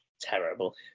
Terrible